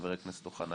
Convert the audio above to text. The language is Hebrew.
חבר הכנסת אוחנה.